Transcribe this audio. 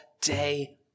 day